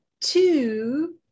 two